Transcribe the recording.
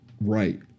right